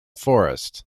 forest